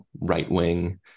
right-wing